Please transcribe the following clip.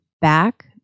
back